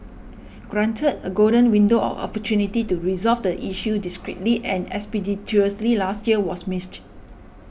granted a golden window of opportunity to resolve the issue discreetly and expeditiously last year was missed